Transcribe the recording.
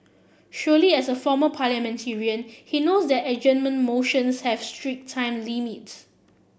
surely as a former parliamentarian he knows that adjournment motions have strict time limits